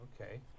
Okay